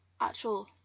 actual